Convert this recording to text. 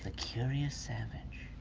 curious savage.